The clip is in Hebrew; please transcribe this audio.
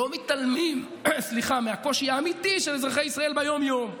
לא מתעלמים מהקושי האמיתי של אזרחי ישראל ביום-יום.